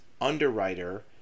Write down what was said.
underwriter